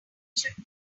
should